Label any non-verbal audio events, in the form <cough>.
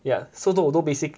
ya so <laughs> basic